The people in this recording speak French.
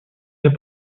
cas